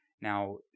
Now